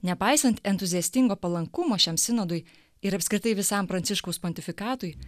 nepaisant entuziastingo palankumo šiam sinodui ir apskritai visam pranciškaus pontifikatui